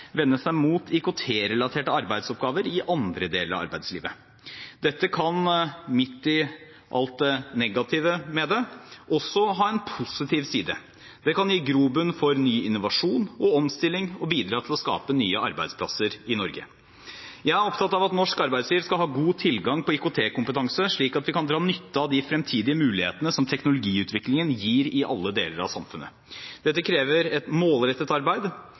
vende seg mot IKT-relaterte arbeidsoppgaver i andre deler av arbeidslivet. Dette kan, midt i alt det negative med det, også ha en positiv side. Det kan gi grobunn for ny innovasjon og omstilling og bidra til å skape nye arbeidsplasser i Norge. Jeg er opptatt av at norsk arbeidsliv skal ha god tilgang på IKT-kompetanse, slik at vi kan dra nytte av de fremtidige mulighetene som teknologiutviklingen gir i alle deler av samfunnet. Dette krever et målrettet arbeid,